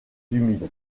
humide